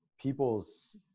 people's